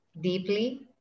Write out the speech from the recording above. deeply